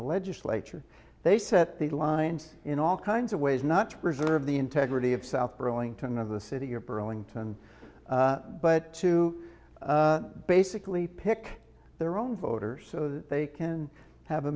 the legislature they set the lines in all kinds of ways not to preserve the integrity of south burlington of the city or burlington but to basically pick their own voters so that they can have a